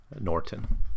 Norton